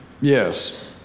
Yes